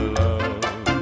love